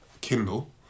Kindle